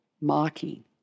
mocking